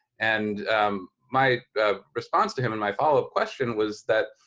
and my response to him and my follow up question was that,